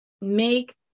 make